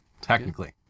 technically